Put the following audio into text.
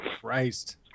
Christ